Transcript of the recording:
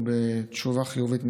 בתשובה חיובית,